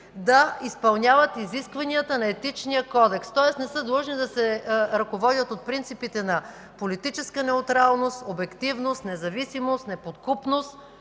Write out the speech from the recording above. да изпълняват изискванията на Етичния кодекс, тоест, не са длъжни да се ръководят от принципите на политическа неутралност, обективност, независимост, неподкупност.